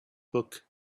book